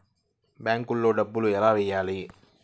బ్యాంక్లో డబ్బులు ఎలా వెయ్యాలి?